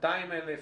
ל-200 אלף,